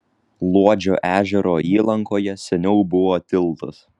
luodžio ežero įlankoje seniau buvo tiltas